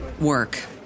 work